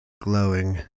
glowing